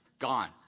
gone